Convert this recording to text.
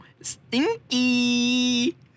stinky